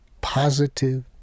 positive